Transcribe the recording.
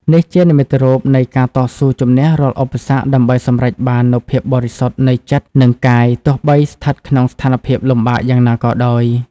នេះជានិមិត្តរូបនៃការតស៊ូជំនះរាល់ឧបសគ្គដើម្បីសម្រេចបាននូវភាពបរិសុទ្ធនៃចិត្ត និងកាយ ទោះបីស្ថិតក្នុងស្ថានភាពលំបាកយ៉ាងណាក៏ដោយ។